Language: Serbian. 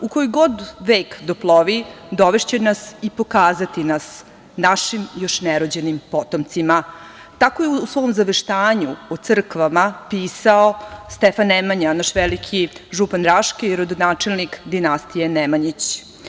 U koji god vek doplovi dovešće nas i pokazati nas našim još nerođenim potomcima.“ Tako je u svom „Zaveštanju“ o crkvama pisao Stefan Nemanja, naš veliki župan Raški, rodonačelnik dinastije Nemanjić.